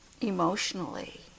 emotionally